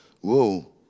Whoa